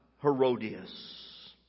Herodias